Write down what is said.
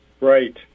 Right